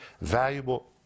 valuable